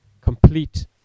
complete